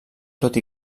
tot